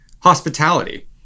hospitality